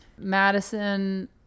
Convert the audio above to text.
Madison